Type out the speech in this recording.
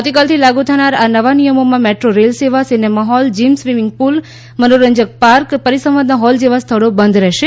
આવતીકાલથી લાગુ થનાર આ નવા નિયમોમાં મેટ્રો રેલ સેવા cinema hall gym swimming pool મનોરંજક પાર્ક પરિસંવાદના હોલ જેવા સ્થળો બંધ જ રહેશે